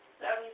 Seven